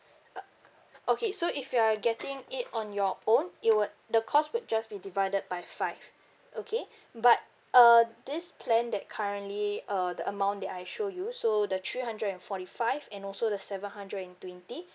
uh okay so if you are getting it on your own it would the cost would just be divided by five okay but uh this plan that currently uh the amount that I showed you so the three hundred and forty five and also the seven hundred and twenty